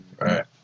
Right